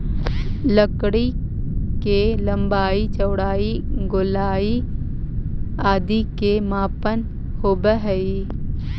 लकड़ी के लम्बाई, चौड़ाई, गोलाई आदि के मापन होवऽ हइ